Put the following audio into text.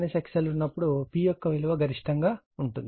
Xg XL ఉన్నప్పుడు P యొక్క విలువ గరిష్టంగా ఉటుంది